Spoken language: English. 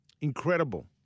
Incredible